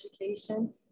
education